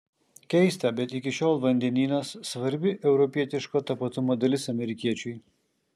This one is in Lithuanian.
keista bet iki šiol vandenynas svarbi europietiško tapatumo dalis amerikiečiui